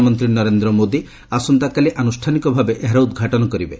ପ୍ରଧାନମନ୍ତ୍ରୀ ନରେନ୍ଦ୍ର ମୋଦି ଆସନ୍ତାକାଲି ଆନ୍ଦ୍ରଷ୍ଠାନିକ ଭାବେ ଏହାର ଉଦ୍ଘାଟନ କରିବେ